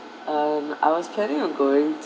um I was planning on going